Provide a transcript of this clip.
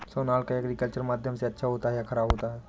Sonalika agriculture माध्यम से अच्छा होता है या ख़राब होता है?